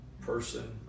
person